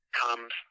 comes